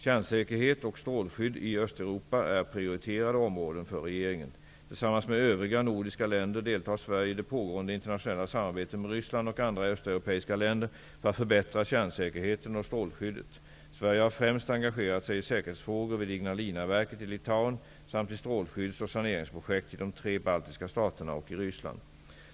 Kärnsäkerhet och strålskydd i Östeuropa är prioriterade områden för regeringen. Tillsammans med övriga nordiska länder deltar Sverige i det pågående internationella samarbetet med Ryssland och andra östeuropeiska länder för att förbättra kärnsäkerheten och strålskyddet. Sverige har främst engagerat sig i säkerhetsfrågor vid Ignalinaverket i Litauen samt i strålskydds och saneringsprojekt i de tre baltiska staterna och i Ryssland.